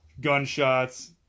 gunshots